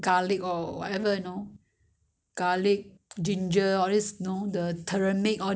all these you have to later yo~ you want to you know what are the ingre~ ingredients you have to check the recipe